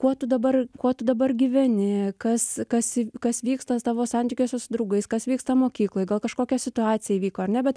kuo tu dabar kuo tu dabar gyveni kas kas kas vyksta tavo santykiuose su draugais kas vyksta mokykloje gal kažkokia situacija įvyko ar ne bet